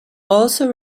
also